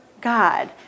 God